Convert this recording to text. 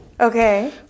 Okay